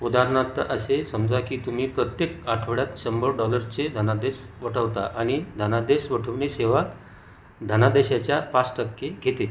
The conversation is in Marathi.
उदारनार्त असे समजा की तुम्ही प्रत्येक आठवड्यात शंभर डॉलरचे धनादेश वटवता आणि धनादेश वटवणी सेवा धनादेशाच्या पाच टक्के घेते